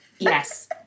Yes